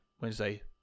Wednesday